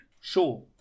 Sure